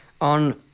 on